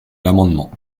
l’amendement